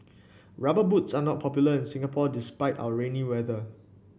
rubber boots are not popular in Singapore despite our rainy weather